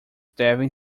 devem